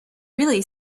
really